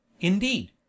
indeed